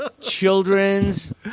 children's